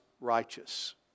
righteous